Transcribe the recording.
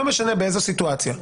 לא משנה באיזו סיטואציה.